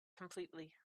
completely